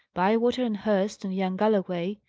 bywater, and hurst, and young galloway,